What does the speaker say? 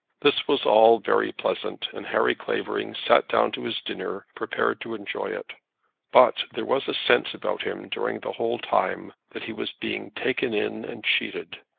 this was all very pleasant, and harry clavering sat down to his dinner prepared to enjoy it but there was a sense about him during the whole time that he was being taken in and cheated,